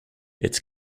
its